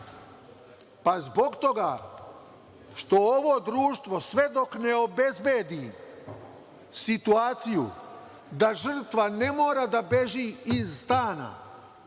Zbog toga što ovo društvo sve dok ne obezbedi situaciju da žrtva ne mora da beži iz stana